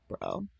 Bro